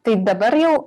tai dabar jau